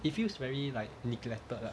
it feels very like neglected lah